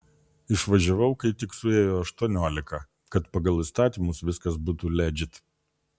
išvažiavau kai tik suėjo aštuoniolika kad pagal įstatymus viskas būtų ledžit